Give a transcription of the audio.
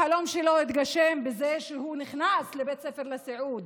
החלום שלו התגשם בזה שהוא נכנס לבית הספר לסיעוד.